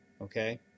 okay